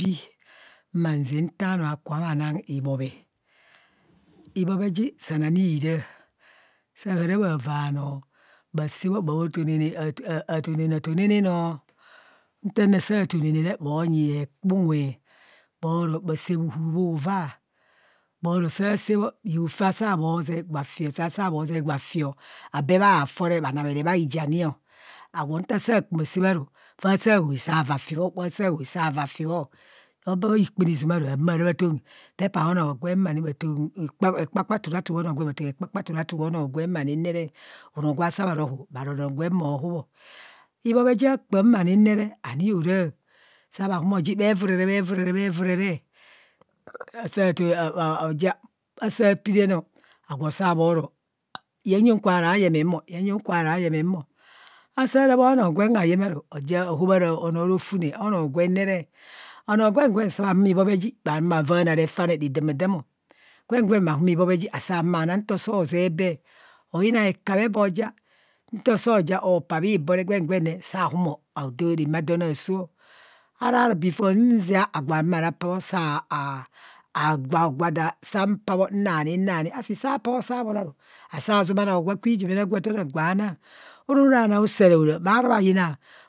Mang zaa nta anoo akubhang ibhobhe, ibhobhe ji san ani re, zaara bhavaa anoo bha zaa bhọ bho tonaanaa a tonana a tonana nẹ nta noo asaa tonaanaa re bhonyi hekpa unwe bhoro, bha saa bhuhu bhuvaa, bho ro saa sạạ bho, bhihu faa saa, gwa fin, bhihu faa saa bho zee gwa fio, abee bho haa foree bhanamere bhaijanio, agwo nta saa kuma saa bho aru faa saa hobhe saa vaa fibho gwa saa hobhe saa vaa fibho. soo baa bha kpunizuma ru humo ara bhatam papa onoo gwem oni bhoton ekpakpa turatu onoo gweni ani nere, onoo gwa saa bharo ohuu bharo onwo gwem moo hub o, ibhobhe ja kpamine re ani horaa, saa bhahumoji bhe vurere, bhe evurere, bhe evurere soo ja saa piri noo agwo saa bhorọọ yeng nyeng kwara yeeme mo, nyeng nyang kwara yeeme mo, saa raa bhonoo gwen hayeeme aru, ahobhaara onoo otune onro gwennere onro gwen gwen saa bha humo ibhobheji bhavaana refaane roi damada mo, gwen gwen bha saa bha humo ibhobheji bhahumo bhana nto soo zee bee ayina ekabhe bhoja nto sooja opaa bhibo re gwen gwanre saa humo aathaa ramaadon aasoọ, araa, befoze nzia ma ra paa bho saa a a gwo hogwa that saa paa bho naa ani naa eni, asē saa paa bho saa bhoro aru saa zumano hogwa kwujumene athaa gwa anaa, ero ara ahanro usere ora maa ra bhayina